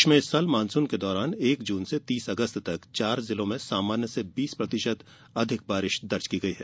प्रदेश में इस साल मॉनसून के दौरान एक जून से तीस अगस्त तक चार जिलों में सामान्य से बीस प्रतिशत अधिक वर्षा दर्ज की गई है